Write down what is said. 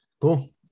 cool